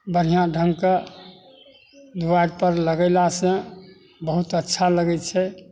बढ़िआँ ढङ्गके दुआरि पर लगेलासँ बहुत अच्छा लगै छै